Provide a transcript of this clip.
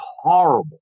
horrible